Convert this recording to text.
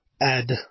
add